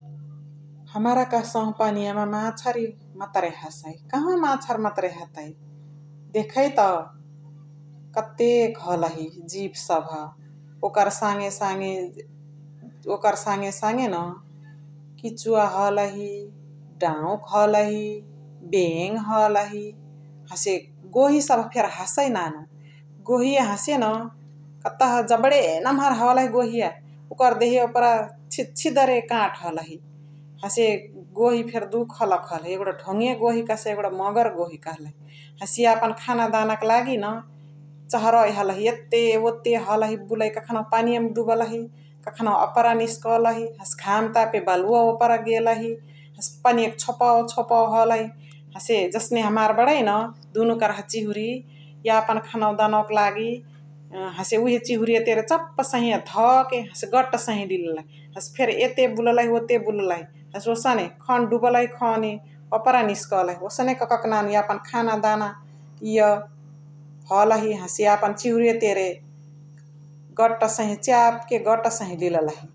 हमरा कहसहु पनिया मा माछरी मतरे हसै कहाँवा माछरी मतरे हतै देखै त कतेक हलही जिब सभ ओकर सङे सङे न किचुवा हल्हि, डौक हलहि, बेङ हलही हसे गोही सभ फेनी हसै नानु । गोही हसे न कतहार जबडे नम्हर हलही गोहिया ओकर देहिया ओपरा छेद छेद रे काट हलही । हसे गोही फेरी दु खलका यगुडा ढोगिया गोही यगुडा मगर गोही कहलहि । हसे यापन खाना दाना क लागि न छरै हलही एते वोते हलही बुलाई । कखानहु पनिया मा डुब्लही कखानहु ओपरा निस्कलही हसे घम तापे बलुवा ओपरा गेलही हसे पनिया क छोपवा छोपवा हलही हसे जस्ने हमार बरै न दुनुकर्हावा चिहुरी यापन खानदा दाना क लागि हसे उहे चिहुरी तेने चप्प सहिया धके हसे गट सही या लिल्लही । हसे फेरी एते बुल्लही ओते बुल्लही हसे ओसने खान दुब्लही खनी ओपरा निस्कलही ओसने क के नानु यापन खाना दाना एय हसे यापन चिहुरिया तेरे गट सही छेयाप के गट सही लिल्लही ।